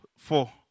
four